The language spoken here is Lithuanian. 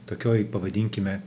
tokioj pavadinkime